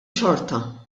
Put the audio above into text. xorta